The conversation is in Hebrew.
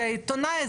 זה עיתונאי,